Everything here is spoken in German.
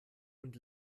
und